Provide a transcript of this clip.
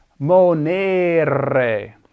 Monere